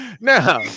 Now